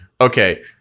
Okay